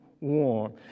warm